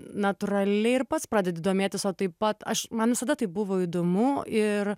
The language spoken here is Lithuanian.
natūraliai ir pats pradedi domėtis o taip pat aš man visada tai buvo įdomu ir